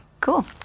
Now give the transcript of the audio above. Cool